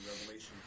Revelation